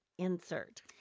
insert